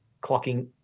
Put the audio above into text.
clocking